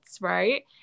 right